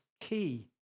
key